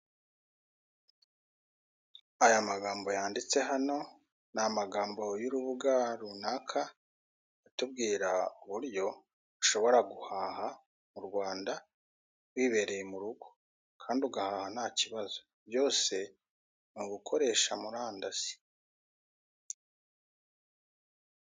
Aya magambo yanditse hano n'amagambo y'urubuga runaka atubwira uburyo ushobora guhaha ku Rwanda wibereye mu rugo kandi ugahaha nta kibazo byose ni ugukoresha murandasi.